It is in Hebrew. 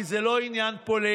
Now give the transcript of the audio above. כי זה לא עניין פוליטי.